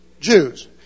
Jews